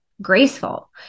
graceful